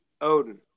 Odin